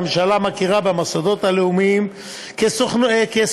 הממשלה מכירה במוסדות הלאומיים כסוכנויות